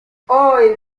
hoy